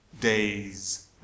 Days